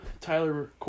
Tyler